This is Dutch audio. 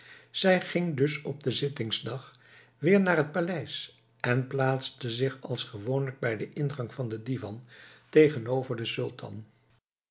zij ging dus op den zittingdag weer naar het paleis en plaatste zich als gewoonlijk bij den ingang van de divan tegenover den sultan